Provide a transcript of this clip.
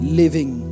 living